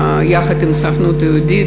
יחד עם הסוכנות היהודית,